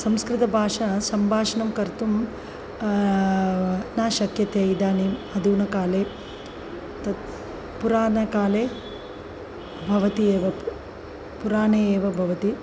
संस्कृतभाषा सम्भाषणं कर्तुं न शक्यते इदानीं अधुनाकाले तत् पुरानकाले भवति एव प् पुराणे एव भवति